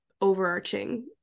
overarching